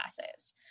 classes